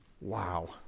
Wow